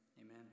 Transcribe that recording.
Amen